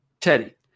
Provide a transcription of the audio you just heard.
Teddy